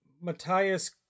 Matthias